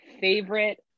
favorite